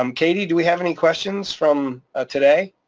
um katie, do we have any questions from ah today?